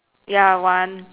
ya one